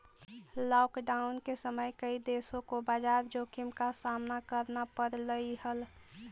lockdown के समय कई देशों को बाजार जोखिम का सामना करना पड़लई हल